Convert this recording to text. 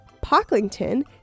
Pocklington